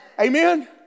Amen